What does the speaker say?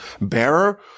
bearer